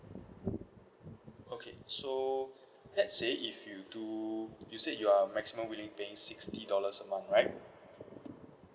okay so let's say if you do you said your maximum willing paying sixty dollars a month right